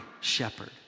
shepherd